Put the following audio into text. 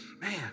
Man